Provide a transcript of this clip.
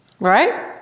right